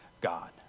God